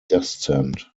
descent